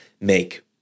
make